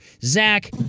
Zach